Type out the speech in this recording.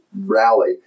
rally